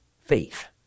faith